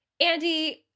Andy